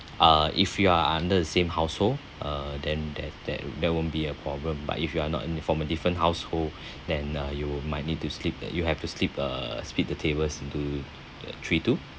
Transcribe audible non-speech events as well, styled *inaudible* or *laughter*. uh if you are under the same household uh then that that that won't be a problem but if you are not from a different household *breath* then uh you might need to split uh you have to split err split the tables into the three two